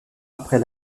après